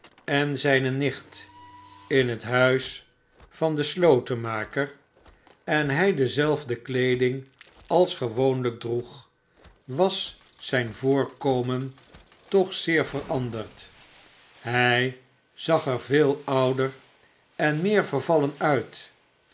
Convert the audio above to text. en zijne nicht in het huis van den slotenmaker en hij dezelfde kleeding als gewoonlijk droeg was zijn voorkomen toch zeer veranderd hij zag er veel ouder en meer vervallen uit